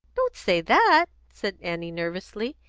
don't say that! said annie nervously.